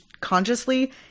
consciously